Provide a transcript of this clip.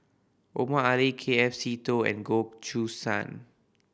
Omar Ali K F Seetoh and Goh Choo San